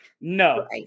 No